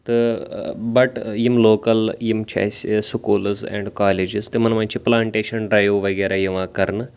تہٕ بٹ یِم لوکل یِم چھِ اَسہٕ سکوٗلٕز اینٛڈ کالجس تِمن منٛز چھِ پلانٹیشن ڈرٛایو وغیرہ یِوان کرنہٕ